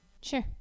Sure